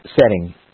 setting